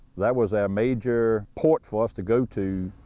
that was our major port for us to go to,